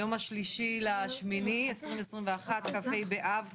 היום ה-3.8.2021, כ"ה באב התשפ"א,